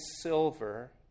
silver